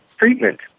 treatment